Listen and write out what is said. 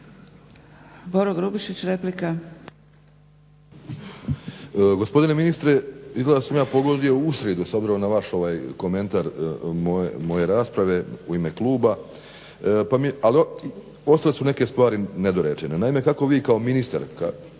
Boro Grubišić, replika.